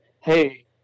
hey